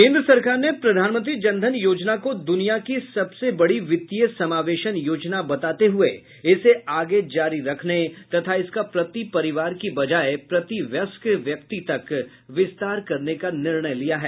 केन्द्र सरकार ने प्रधानमंत्री जनधन योजना को दुनिया की सबसे बड़ी वित्तीय समावेशन योजना बताते हुये इसे आगे जारी रखने तथा इसका प्रति परिवार की बजाय प्रति वयस्क व्यक्ति तक विस्तार करने का निर्णय लिया है